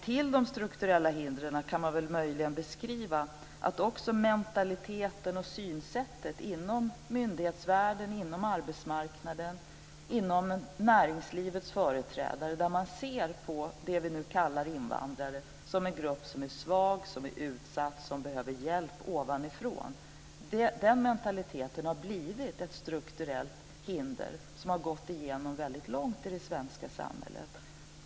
Till de strukturella hindren kan man möjligen också skriva mentaliteten och synsättet inom myndighetsvärlden, inom arbetsmarknaden, inom näringslivets företrädare då de ser dem vi kallar invandrare som en grupp som är svag, utsatt och som behöver hjälp ovanifrån. Den mentaliteten har blivit ett strukturellt hinder som har gått igenom väldigt långt i det svenska samhället.